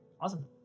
Awesome